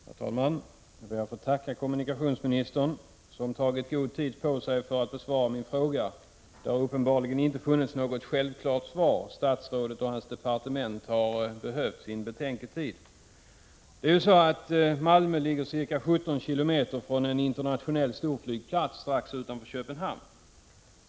Herr talman! Jag ber att få tacka kommunikationsministern, som tagit god tid på sig för att besvara min fråga. Det har uppenbarligen inte funnits något självklart svar. Statsrådet och hans departement har behövt sin betänketid. Malmö ligger ju ca 17 km från en internationell storflygplats, strax utanför Köpenhamn.